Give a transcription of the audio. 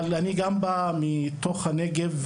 אבל אני גם בא מתוך הנגב,